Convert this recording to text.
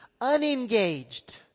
unengaged